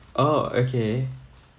oh okay